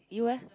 you eh